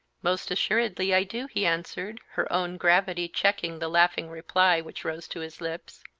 most assuredly i do, he answered, her own gravity checking the laughing reply which rose to his lips.